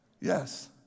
Yes